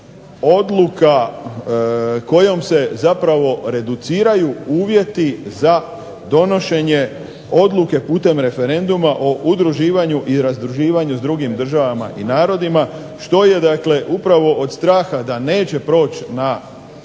odluka kojom se zapravo reduciraju uvjeti za donošenje odluke putem referenduma o udruživanju i razdruživanju s drugim državama i narodima što je dakle upravo od straha da neće proći na